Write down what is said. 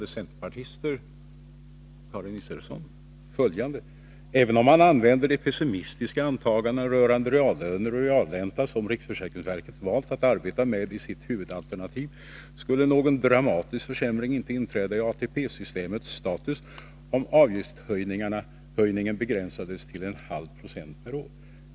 De enhälliga styrelserna säger följande: ”Även om man använder de pessimistiska antaganden rörande reallöner och realränta som riksförsäkringsverket valt att arbeta med i sitt huvudalternativ, skulle någon dramatisk försämring inte inträda i ATP-systemets status, om avgiftshöjningen begränsades till en halv procent per år.